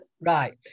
right